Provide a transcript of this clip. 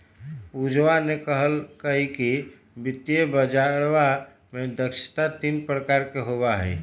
पूजवा ने कहल कई कि वित्तीय बजरवा में दक्षता तीन प्रकार के होबा हई